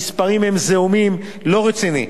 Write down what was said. הסכומים הם זעומים, לא רציני.